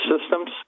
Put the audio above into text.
systems